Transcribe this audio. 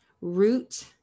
root